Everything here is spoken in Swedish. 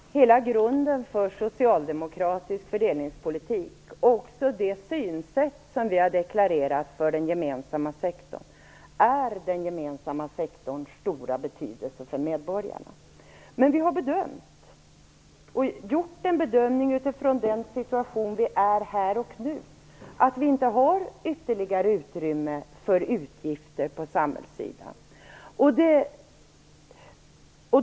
Fru talman! Hela grunden för socialdemokratisk fördelningspolitik och också det synsätt som vi har deklarerat för den gemensamma sektorn är den gemensamma sektorns stora betydelse för medborgarna. Vi har utifrån den situation vi befinner oss i här och nu gjort den bedömningen att vi inte har ytterligare utrymme för utgifter på samhällssidan.